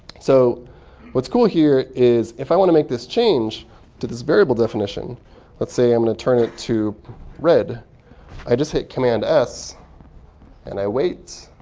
so what's cool here is if i want to make this change to this variable definition let's say i'm going to turn it to red i just hit command-s, and and i wait.